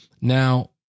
Now